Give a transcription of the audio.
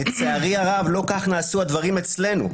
לצערי הרב, לא כך נעשו הדברים אצלנו.